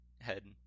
head